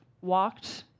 walked